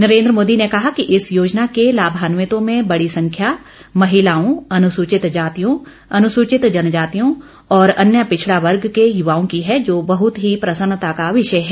नरेन्द्र मोदी ने कहा कि इस योजना के लाभांवितों में बड़ी संख्या महिलाओं अनुसूचित जातियों अनुसूचित जनजातियों और अन्य पिछड़ा वर्ग के युवाओं की है जो बहुत ही प्रसन्नता का विषय है